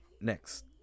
Next